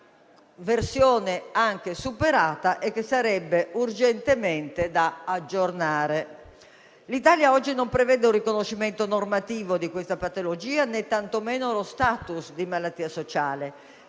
una versione superata e sarebbe urgentemente da aggiornare. L'Italia oggi non prevede il riconoscimento normativo di questa patologia né tantomeno lo *status* di malattia sociale,